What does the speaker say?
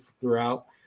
throughout